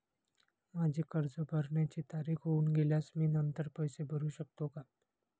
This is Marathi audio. माझे कर्ज भरण्याची तारीख होऊन गेल्यास मी नंतर पैसे भरू शकतो का?